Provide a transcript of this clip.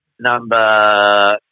Number